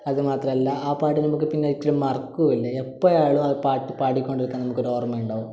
അതുമാത്രമല്ല ആ പാട്ട് നമുക്ക് പിന്നെ ഒരിക്കലും മറക്കില്ല എപ്പോഴായാലും ആ പാട്ട് പാടിക്കൊണ്ടിരിക്കാൻ നമുക്കൊരു ഓർമ്മയുണ്ടാകും